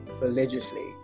religiously